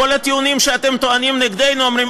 כל הטיעונים שאתם טוענים נגדנו ואומרים: